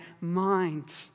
mind